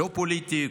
לא פוליטית,